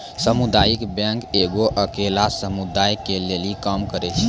समुदायिक बैंक एगो अकेल्ला समुदाय के लेली काम करै छै